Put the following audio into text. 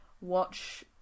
watch